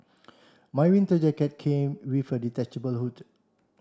my winter jacket came with a detachable hood